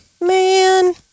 Man